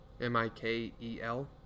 M-I-K-E-L